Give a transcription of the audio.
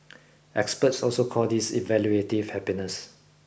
experts also call this evaluative happiness